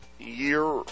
year